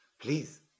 please